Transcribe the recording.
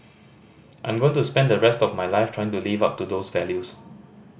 I'm going to spend the rest of my life trying to live up to those values